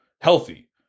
healthy